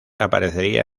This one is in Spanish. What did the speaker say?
aparecería